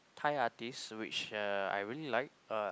Thai artist which uh I really like uh